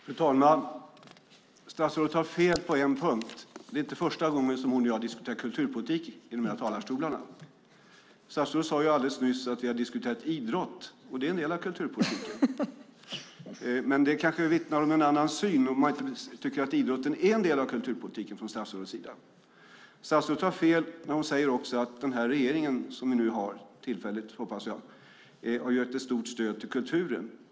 Fru talman! Statsrådet har fel på en punkt. Det är inte första gången som hon och jag diskuterar kulturpolitik i de här talarstolarna. Statsrådet sade alldeles nyss att vi har diskuterat idrott, och det är en del av kulturpolitiken. Men det kanske vittnar om en annan syn om statsrådet inte tycker att idrotten är en del av kulturpolitiken. Statsrådet har också fel när hon säger att den regering som vi nu har, tillfälligt hoppas jag, har gett ett stort stöd till kulturen.